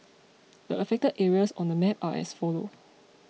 the affected areas on the map are as follow